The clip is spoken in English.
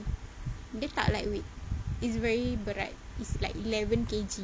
dia tak lightweight it's very berat it's like eleven K_G